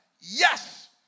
Yes